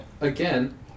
Again